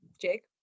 jake